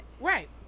Right